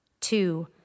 Two